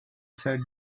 said